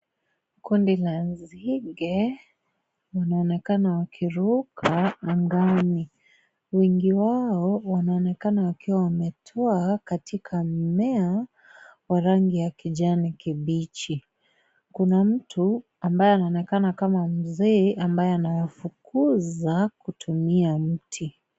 Kundi la nzige wanaonekana wakiruka angani wengi wao wanaonekana wakiwa wametoa katika mmea wa kijani kibichi kuna mtu ambaye anaonekana kama mzee anawafukuza kutumia mti.